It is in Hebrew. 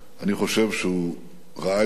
אני חושב שהוא ראה את עצמו,